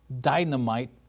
dynamite